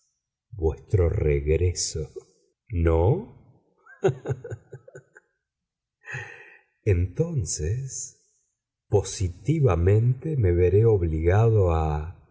vuestro regreso no entonces positivamente me veré obligado a